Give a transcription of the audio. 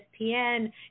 ESPN